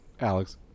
Alex